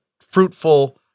fruitful